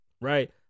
right